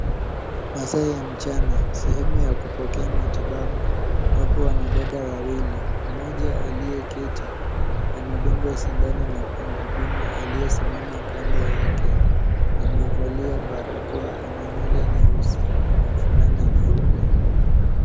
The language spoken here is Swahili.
Masaa ya mchana, sehemu ya kupokea matibabu. Wapo wanadada wawili, mmoja aliyeketi anadungwa sindano na muhudumu aliyesimama kando yake. Amevalia barakoa ana nywele nyeusi na fulana nyeupe.